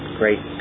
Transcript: great